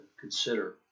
consider